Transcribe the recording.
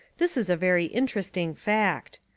this is a very interesting fact.